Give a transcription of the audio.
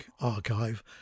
archive